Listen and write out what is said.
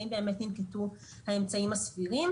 האם באמת ננקטו האמצעים הסבירים.